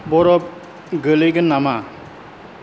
बरफ गोलैगोन नामा